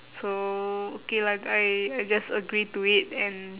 so okay lah I I just agree to it and